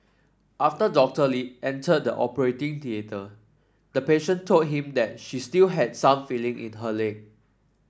after Doctor Lee entered the operating theatre the patient told him that she still had some feeling in her leg